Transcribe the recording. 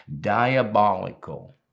diabolical